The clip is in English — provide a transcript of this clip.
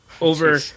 over